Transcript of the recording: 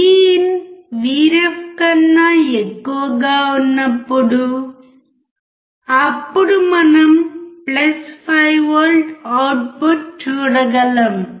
VIN VREF కన్నా ఎక్కువగా ఉన్నప్పుడు అప్పుడు మనం 5V అవుట్పుట్ చూడగలం